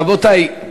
רבותי,